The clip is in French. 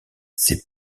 ses